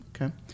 Okay